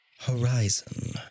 Horizon